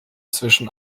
zwischen